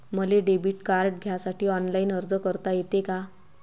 मले debit card घ्यासाठी online अर्ज करता येते का?